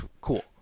cool